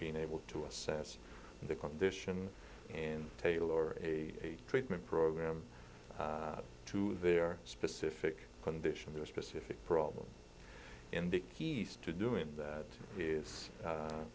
being able to assess the condition and taylor a treatment program to their specific condition their specific problem in the keys to doing that is